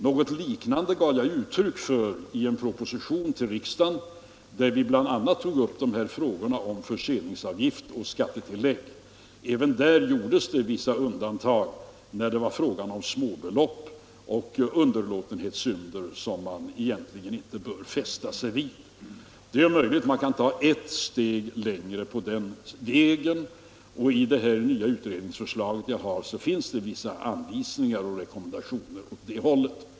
Något liknande gav jag uttryck för i en proposition till riksdagen, där jag bl.a. tog upp frågorna om förseningsavgift och skattetillägg. Även där gjordes det vissa undantag när det var fråga om småbelopp och underlåtenhetssynder som man egentligen inte bör fästa sig vid. Det är möjligt att man kan gå ett steg längre på den vägen, och i det nya utredningsförslaget finns det vissa anvisningar och rekommendationer åt det hållet.